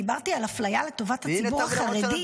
דיברתי על אפליה לטובת הציבור החרדי -- והינה,